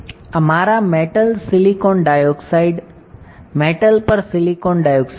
આ મારા metal silicon dioxide metal પર સિલિકોન ડાયોક્સાઇડ છે